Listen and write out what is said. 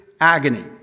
agony